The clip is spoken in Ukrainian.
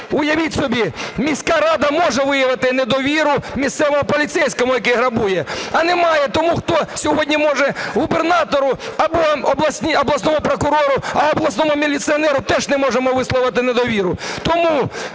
Уявіть собі, міська рада може виявити недовіру місцевому поліцейському, який грабує, а не має тому, хто сьогодні, може, губернатору або обласному прокурору, а обласному міліціонеру теж не можемо висловити недовіру.